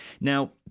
Now